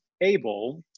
able